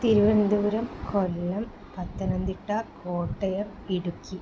Thiruvananthapuram Kollam Pathanamthitta Kottayam Idukki